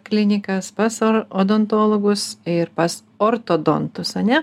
klinikas pas odontologus ir pas ortodontus ar ne